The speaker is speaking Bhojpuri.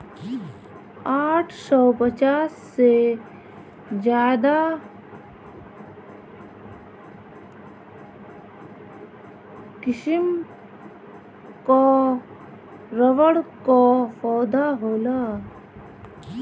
आठ सौ पचास से ज्यादा किसिम कअ रबड़ कअ पौधा होला